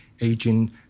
aging